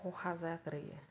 खहा जाग्रोयो